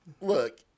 look